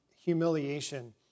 humiliation